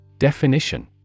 Definition